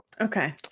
okay